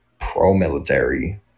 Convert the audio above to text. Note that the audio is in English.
pro-military